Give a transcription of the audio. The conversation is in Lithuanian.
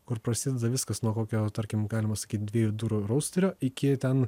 kur prasideda viskas nuo kokio tarkim galima sakyt dviejų durų rausterio iki ten